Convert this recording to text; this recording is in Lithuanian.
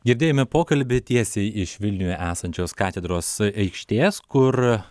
girdėjome pokalbį tiesiai iš vilniuje esančios katedros aikštės kur